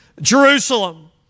Jerusalem